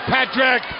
Patrick